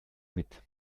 mit